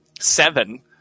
seven